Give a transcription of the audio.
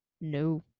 No